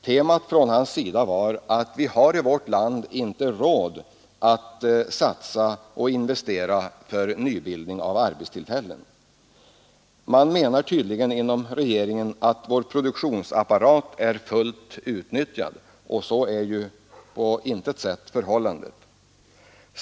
Temat från hans sida var att vi har i vårt land inte råd att satsa och investera för nyskapande av arbetstillfällen. Man menar tydligen inom regeringen att vår produktionsapparat är fullt utnyttjad. Så är ju på intet sätt förhållandet.